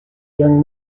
young